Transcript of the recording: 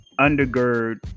undergird